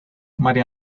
maría